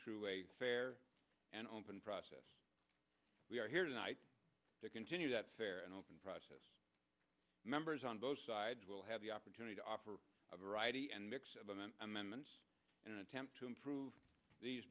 through a fair and open process we are here tonight to continue that fair and open process members on both sides will have the opportunity to offer a variety and mix of an amendment and an attempt to improve these